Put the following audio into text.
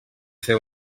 fer